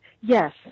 Yes